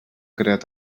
creat